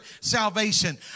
salvation